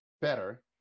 better